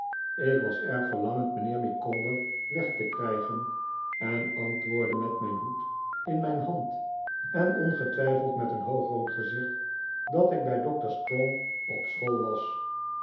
ik was erg verlangend mijnheer micawber weg te krijgen en antwoordde met mijn hoed in mijn hand en ongetwijfeld met een hoogrood gezicht dat ik bij doctor strong op school was